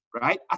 right